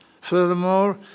Furthermore